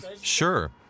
Sure